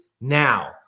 now